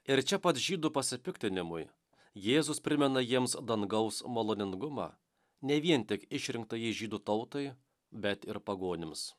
ir čia pat žydų pasipiktinimui jėzus primena jiems dangaus maloningumą ne vien tik išrinktajai žydų tautai bet ir pagonims